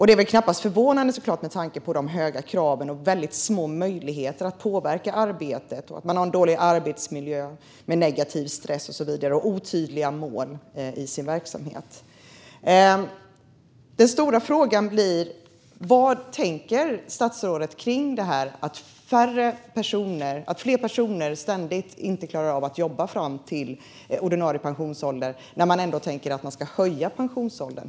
Det är såklart inte förvånande, med tanke på de höga kraven och de väldigt små möjligheterna att påverka arbetet. Man har en dålig arbetsmiljö med negativ stress, otydliga mål i sin verksamhet och så vidare. Den stora frågan blir: Vad tänker statsrådet kring att allt fler personer inte klarar av att jobba fram till ordinarie pensionsålder, när man ändå tänker att man hela tiden ska höja pensionsåldern?